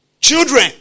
children